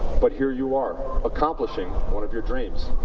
but here you are accomplishing one of your dreams.